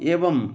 एवं